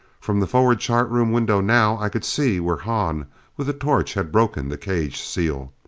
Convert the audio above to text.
from the forward chart room window now i could see where hahn with a torch had broken the cage seal.